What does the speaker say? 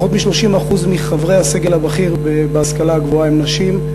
פחות מ-30% מחברי הסגל הבכיר בהשכלה הגבוהה הם נשים.